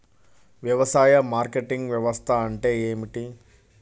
వ్యవసాయ మార్కెటింగ్ వ్యవస్థ అంటే ఏమిటి?